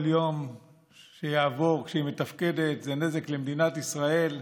כל יום שיעבור כשהיא מתפקדת זה נזק למדינת ישראל.